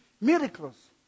miracles